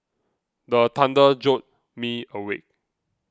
the thunder jolt me awake